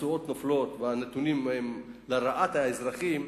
התשואות נופלות והנתונים הם לרעת האזרחים,